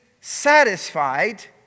satisfied